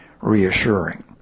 reassuring